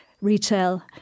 retail